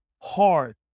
hard